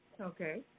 Okay